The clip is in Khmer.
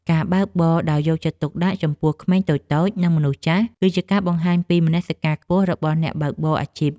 ការបើកបរដោយយកចិត្តទុកដាក់ចំពោះក្មេងតូចៗ និងមនុស្សចាស់ គឺជាការបង្ហាញពីមនសិការខ្ពស់របស់អ្នកបើកបរអាជីព។